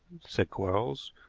said quarles,